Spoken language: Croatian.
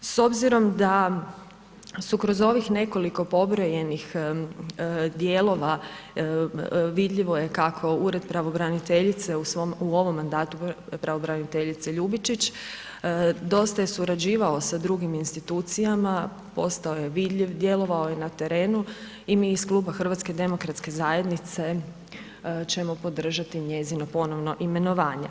S obzirom da su kroz ovih nekoliko pobrojanih dijelova vidljivo je kako ured pravnobraniteljice u ovom mandatu pravobraniteljice Ljubičić dosta je surađivao sa drugim institucijama, postao je vidljiv, djelovao je na terenu i mi iz Kluba HDZ-a ćemo podržati njezino ponovno imenovanje.